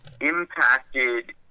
impacted